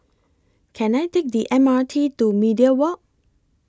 Can I Take The M R T to Media Walk